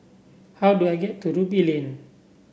how do I get to Ruby Lane